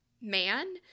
man